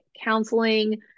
counseling